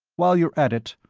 while you're at it,